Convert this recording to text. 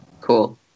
Cool